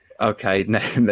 okay